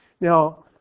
Now